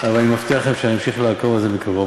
אבל אני מבטיח לכם שאמשיך לעקוב אחרי זה מקרוב,